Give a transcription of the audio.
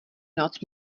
noc